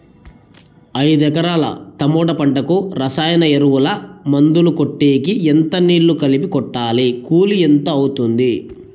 ఐదు ఎకరాల టమోటా పంటకు రసాయన ఎరువుల, మందులు కొట్టేకి ఎంత నీళ్లు కలిపి కొట్టాలి? కూలీ ఎంత అవుతుంది?